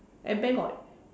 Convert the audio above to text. and bank got